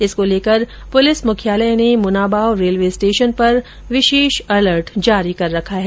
इसको लेकर पुलिस मुख्यालय ने मुनाबाव रेलवे स्टेशन पर विशेष अलर्ट जारी कर रखा है